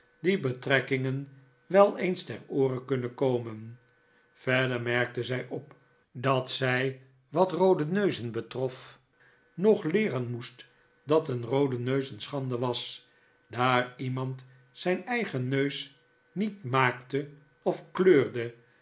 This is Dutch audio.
die betrekkingen wel eens ter oore kunnen komen verder merkte zij op dat zij wat roode neuzen betrof nog leeren moest dat een roode neus een schande was daar iemand zijn eigen neus niet maakte of kleurde